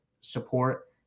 support